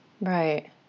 Right